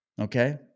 Okay